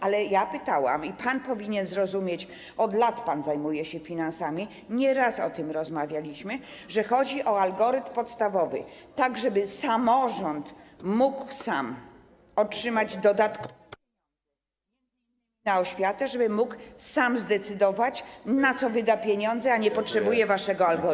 Ale ja pytałam i pan powinien zrozumieć, bo od lat się pan zajmuje finansami, nieraz o tym rozmawialiśmy, że chodzi o algorytm podstawowy, tak żeby samorząd mógł sam otrzymać dodatkowe... na oświatę, żeby mógł zdecydować, na co wyda pieniądze, a nie potrzebuje waszego algorytmu.